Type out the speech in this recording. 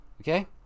okay